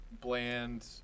bland